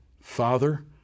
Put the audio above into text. Father